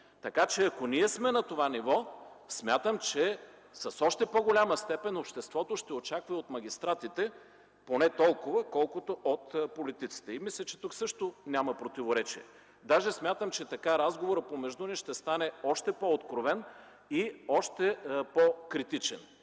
Така че, ако ние сме на това ниво, смятам, че с още по-голяма степен обществото ще очаква от магистратите поне толкова, колкото от политиците. Мисля, че тук също няма противоречие. Дори смятам, че така разговорът помежду ни ще стане още по-откровен и още по-критичен.